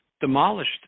demolished